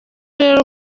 rero